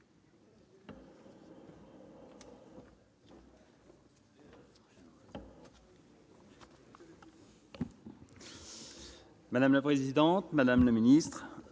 Madame la présidente, madame la ministre,